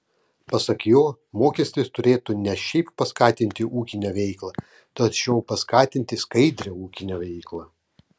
pasak jo mokestis turėtų ne šiaip paskatinti ūkinę veiklą tačiau paskatinti skaidrią ūkinę veiklą